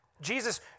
Jesus